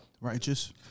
Righteous